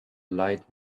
lied